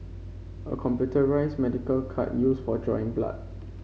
a computerised medical cart used for drawing blood